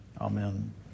Amen